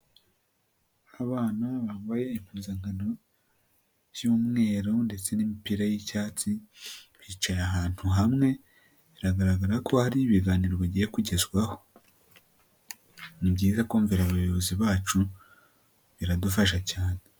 Abana bambaye impuzankano y'umweru ndetse n'imipira y'icyatsi, bicaye ahantu hamwe biragaragara ko hari ibiganiro bagiye kugezwaho, ni byiza kumvira abayobozi bacu biradufasha cyane.